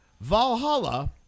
Valhalla